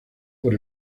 por